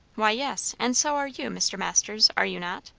why, yes and so are you, mr. masters are you not?